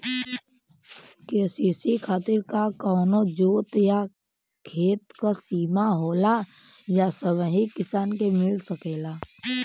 KCC खातिर का कवनो जोत या खेत क सिमा होला या सबही किसान के मिल सकेला?